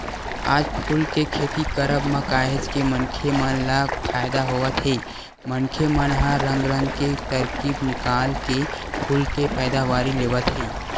आज फूल के खेती करब म काहेच के मनखे मन ल फायदा होवत हे मनखे मन ह रंग रंग के तरकीब निकाल के फूल के पैदावारी लेवत हे